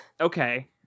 okay